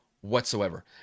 whatsoever